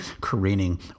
careening